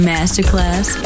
Masterclass